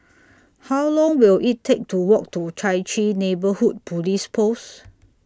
How Long Will IT Take to Walk to Chai Chee Neighbourhood Police Post